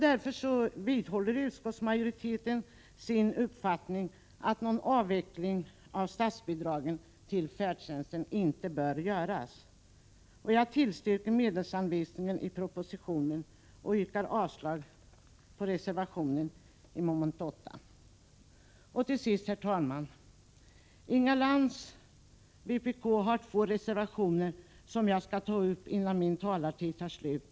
Därför vidhåller utskottsmajoriteten sin uppfattning att någon avveckling av statsbidragen till färdtjänsten inte bör ske. Jag tillstyrker medelsanvisningen enligt propositionens förslag och yrkar avslag på reservation 9. Till sist, herr talman! Inga Lantz har två reservationer som jag skall ta upp innan min taletid är slut.